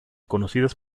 conocidas